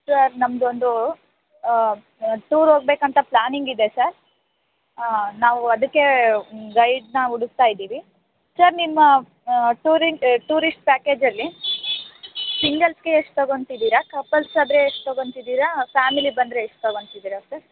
sir ನಮ್ದು ಒಂದು tour ಹೋಗಬೇಕಂತ ಪ್ಲಾನಿಂಗ್ ಇದೆ ಸಾರ್ ಆಂ ನಾವು ಅದಕ್ಕೇ ಗೈಡ್ನಾ ಹುಡುಕ್ತಾ ಇದ್ದೀವಿ ಸರ್ ನಿಮ್ಮ ಟೂರಿ ಟೂರಿಸ್ಟ್ ಪ್ಯಾಕೇಜಲ್ಲಿ ಸಿಂಗಲ್ಸ್ಗೆ ಎಷ್ಟು ತೊಗೊಂತಿದೀರ ಕಪಲ್ಸಾದರೆ ಎಷ್ಟು ತೊಗೊಂತಿದೀರ ಫ್ಯಾಮಿಲಿ ಬಂದರೆ ಎಷ್ಟು ತೊಗೊಂತಿದೀರ ಸರ್